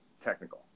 technical